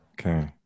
Okay